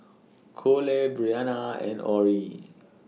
Kole Bryana and Orie